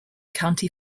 county